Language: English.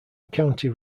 county